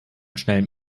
schnellem